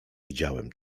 widziałem